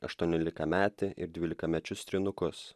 aštuoniolikametį ir dvylikamečius trynukus